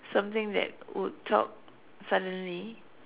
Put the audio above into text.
something that would talk suddenly